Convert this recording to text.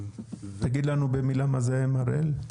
תגיד לנו במילה מה זה MRL?